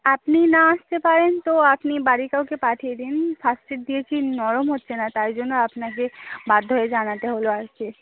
আপনি না আসতে পারেন তো আপনি বাড়ির কাউকে পাঠিয়ে দিন ফার্স্ট এড দিয়েছি নরম হচ্ছে না তাই জন্য আপনাকে বাধ্য হয়ে জানাতে হল আর কি